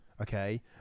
okay